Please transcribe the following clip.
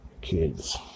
Kids